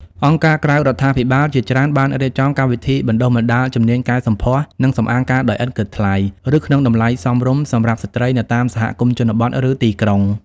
អង្គការក្រៅរដ្ឋាភិបាលជាច្រើនបានរៀបចំកម្មវិធីបណ្តុះបណ្តាលជំនាញកែសម្ផស្ស និងសម្អាងការដោយឥតគិតថ្លៃ ឬក្នុងតម្លៃសមរម្យសម្រាប់ស្ត្រីនៅតាមសហគមន៍ជនបទ ឬទីក្រុង។